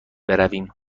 برویم